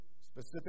specific